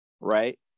right